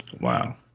Wow